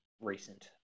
recent